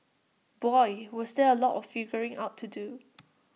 boy was there A lot of figuring out to do